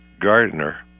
Gardner